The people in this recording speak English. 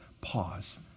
pause